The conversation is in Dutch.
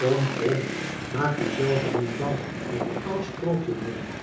kom kom maak u zelve niet bang met een oud sprookje moeder